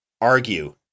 argue